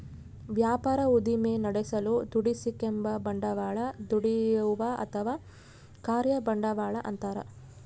ವ್ಯಾಪಾರ ಉದ್ದಿಮೆ ನಡೆಸಲು ದುಡಿಸಿಕೆಂಬ ಬಂಡವಾಳ ದುಡಿಯುವ ಅಥವಾ ಕಾರ್ಯ ಬಂಡವಾಳ ಅಂತಾರ